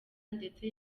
ndetse